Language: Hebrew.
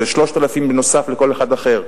זה 3,000 נוספים לכל אחד ואחד,